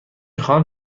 خواهم